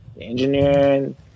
engineering